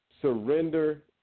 surrender